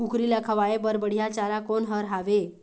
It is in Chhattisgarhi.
कुकरी ला खवाए बर बढीया चारा कोन हर हावे?